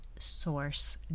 source